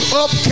up